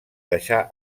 deixar